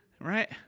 Right